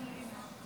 תתחיל מרגע,